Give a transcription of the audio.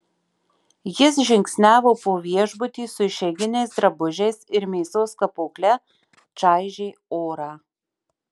jis žingsniavo po viešbutį su išeiginiais drabužiais ir mėsos kapokle čaižė orą